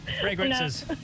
Fragrances